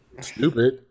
stupid